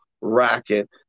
racket